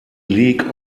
league